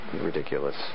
ridiculous